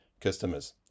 customers